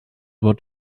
what